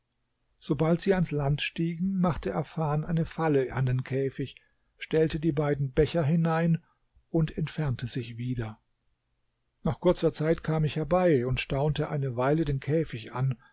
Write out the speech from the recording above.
sobald sie ans land stiegen machte afan eine falle an den käfig stellte die beiden becher hinein und entfernte sich wieder nach kurzer zeit kam ich herbei und staunte eine weile den käfig an